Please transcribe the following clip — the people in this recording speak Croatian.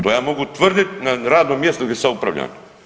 To ja mogu tvrdi na radnom mjestu gdje sad upravljam.